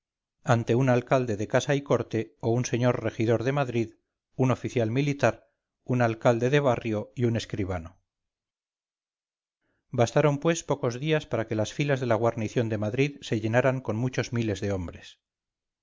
ante un alcalde de casa y corte o un señor regidor de madrid un oficial militar un alcalde de barrio y un escribano bastaron pues pocos días para que las filas de la guarnición de madrid se llenaran con muchos miles de hombres